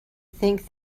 think